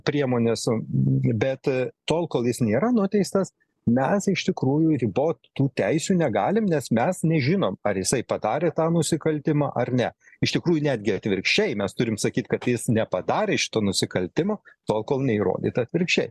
priemonės bet tol kol jis nėra nuteistas mes iš tikrųjų ribot tų teisių negalim nes mes nežinom ar jisai padarė tą nusikaltimą ar ne iš tikrųjų netgi atvirkščiai mes turim sakyt kad jis nepadarė šito nusikaltimo tol kol neįrodyta atvirkščiai